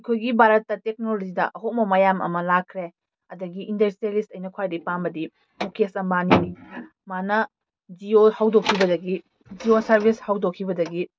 ꯑꯩꯈꯣꯏꯒꯤ ꯚꯥꯔꯠꯇ ꯇꯦꯛꯅꯣꯂꯣꯖꯤꯗ ꯑꯍꯣꯡꯕ ꯃꯌꯥꯝ ꯑꯃ ꯂꯥꯛꯈ꯭ꯔꯦ ꯑꯗꯒꯤ ꯏꯟꯗꯁꯇ꯭ꯔꯦꯂꯤꯁ ꯑꯩꯅ ꯈ꯭ꯋꯥꯏꯗꯩ ꯄꯥꯝꯕꯗꯤ ꯃꯨꯀꯦꯁ ꯑꯝꯕꯥꯅꯤ ꯃꯥꯅ ꯖꯤꯑꯣ ꯍꯧꯗꯣꯛꯈꯤꯕꯗꯒꯤ ꯖꯤꯑꯣ ꯁꯔꯕꯤꯁ ꯍꯧꯗꯣꯛꯈꯤꯕꯗꯒꯤ